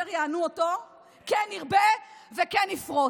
"וכאשר יענו אותו כן ירבה וכן יפרץ".